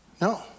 No